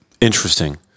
Interesting